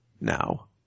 now